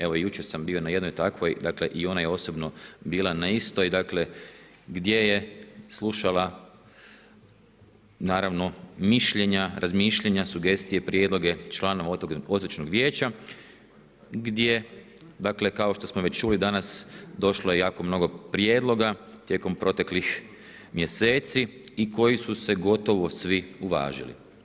Evo jučer sam bio na jednoj takvoj, dakle i ona je osobno bila na istoj gdje je slušala naravno mišljenja, razmišljanja, sugestije, prijedloga članova otočnog vijeća gdje dakle kao što smo već čuli danas, došlo je jako mnogo prijedloga tijekom proteklih mjeseci i koji su se gotovo svi uvažili.